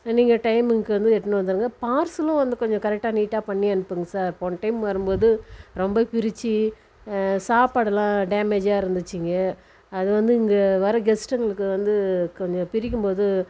நீங்கள் டைமிங்க்கு வந்து எடுத்துன்னு வந்துருங்கள் பார்சலும் வந்து கொஞ்சம் கரெக்டாக நீட்டாக பண்ணி அனுப்புங்க சார் போன டைம் வரும் போது ரொம்ப பிரித்து சாப்பாடுலாம் டேமேஜ்ஜாக இருந்துச்சுங்க அது வந்து இங்கே வேறு கெஸ்ட்டுங்களுக்கு வந்து கொஞ்சம் பிரிக்கும் போது